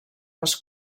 les